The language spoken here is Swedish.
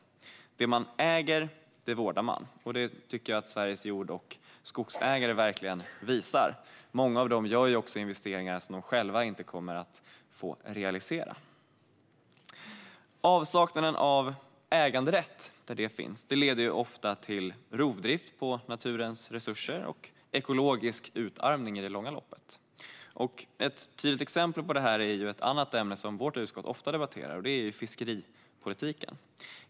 Det man äger vårdar man. Det tycker jag att Sveriges jord och skogsägare verkligen visar. Många av dem gör också investeringar som de själva inte kommer att få realisera. Avsaknaden av äganderätt leder ofta till rovdrift på naturens resurser och i det långa loppet ekologisk utarmning. Ett tydligt exempel på det är ett annat ämne som vårt utskott ofta debatterar, nämligen fiskeripolitiken.